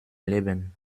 leben